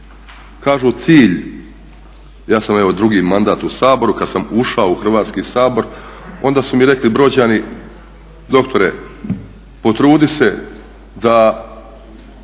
kažu cilj, ja sam evo drugi mandat u Saboru, kad sam ušao u Hrvatski sabor onda su mi rekli Brođani doktore potrudi se da